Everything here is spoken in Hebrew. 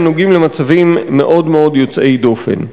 הם נוגעים למצבים מאוד מאוד יוצאי דופן.